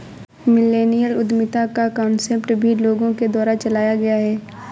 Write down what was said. millennial उद्यमिता का concept भी लोगों के द्वारा चलाया गया है